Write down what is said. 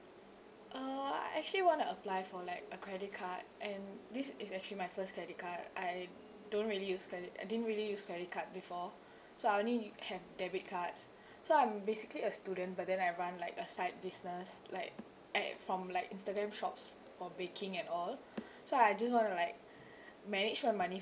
uh I actually want to apply for like a credit card and this is actually my first credit card I don't really use credit I didn't really use credit card before so I only u~ have debit cards so I'm basically a student but then I run like a side business like like for like instagram shops for baking and all so I just want to like manage my money